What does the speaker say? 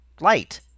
light